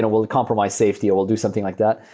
ah we'll compromise safety or we'll do something like that,